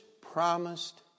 promised